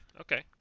okay